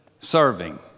serving